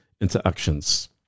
interactions